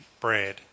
bread